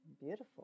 Beautiful